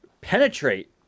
penetrate